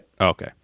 Okay